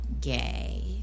gay